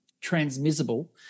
transmissible